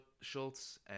Schultz